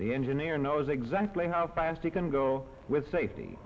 the engineer knows exactly how fast he can go with safety